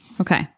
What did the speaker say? Okay